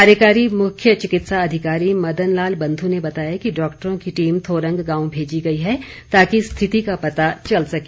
कार्यकारी मुख्य चिकित्सा अधिकारी मदन लाल बंधु ने बताया कि डॉक्टरों की टीम थोरंग गांव भेजी गई है ताकि स्थिति का पता चल सके